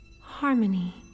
harmony